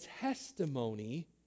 testimony